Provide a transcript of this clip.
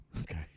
Okay